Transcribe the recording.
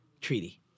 treaty